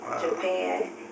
Japan